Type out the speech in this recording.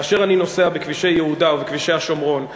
כאשר אני נוסע בכבישי יהודה ובכבישי השומרון,